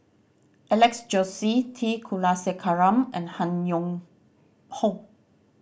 Alex Josey T Kulasekaram and Han Yong Hong